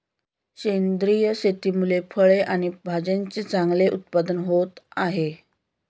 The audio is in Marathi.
सेंद्रिय शेतीमुळे फळे आणि भाज्यांचे चांगले उत्पादन होत आहे